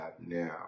now